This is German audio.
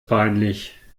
peinlich